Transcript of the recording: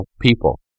people